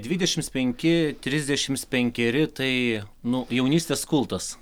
dvidešimt penki trisdešimt penkeri tai nu jaunystės kultas